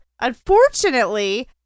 unfortunately